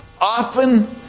often